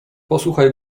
posłuchaj